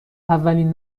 اولین